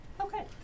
Okay